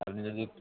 আপনি যদি একটু